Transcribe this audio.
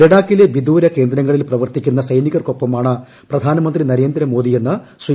ലഡാക്കിലെ വിദൂര കേന്ദ്രങ്ങളിൽ പ്രവർത്തിക്കുന്ന സൈനികർക്കൊപ്പമാണ് പ്രധാനമന്ത്രി നരേന്ദ്രമോദിയെന്ന് ശ്രീ